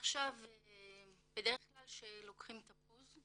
בדרך כלל כשלוקחים תפוז,